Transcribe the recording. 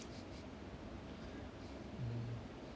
mm